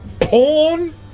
porn